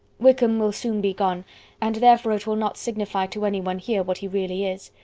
wickham will soon be gone and therefore it will not signify to anyone here what he really is.